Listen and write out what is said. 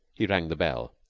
he rang the bell.